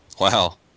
Wow